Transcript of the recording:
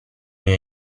mio